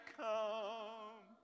come